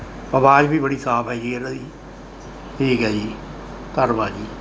ਆਵਾਜ਼ ਵੀ ਬੜੀ ਸਾਫ਼ ਹੈ ਜੀ ਠੀਕ ਹੈ ਜੀ ਧੰਨਵਾਦ ਜੀ